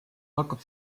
hakkab